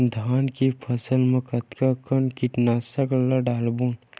धान के फसल मा कतका कन कीटनाशक ला डलबो?